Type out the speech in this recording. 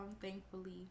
thankfully